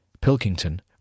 Pilkington